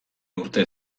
urte